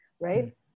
right